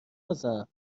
نزن